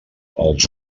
els